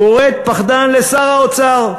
קוראת פחדן לשר האוצר.